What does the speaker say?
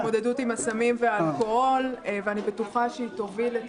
להתמודדות עם הסמים והאלכוהול לא אושרה.